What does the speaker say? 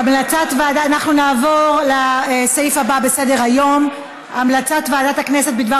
אנחנו נעבור לסעיף הבא בסדר-היום: המלצת ועדת הכנסת בדבר